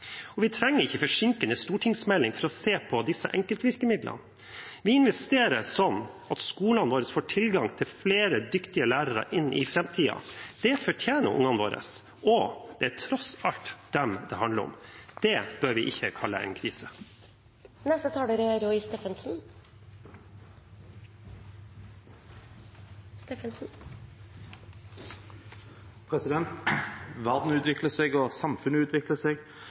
Og vi trenger ikke forsinkende stortingsmeldinger for å se på disse enkeltvirkemidlene. Vi investerer slik at skolene våre får tilgang til flere dyktige lærere i framtiden. Det fortjener ungene våre, og det er tross alt dem det handler om. Det bør vi ikke kalle en krise. Verden utvikler seg, og samfunnet utvikler seg,